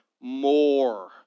more